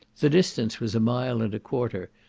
the distance was a mile and a quarter,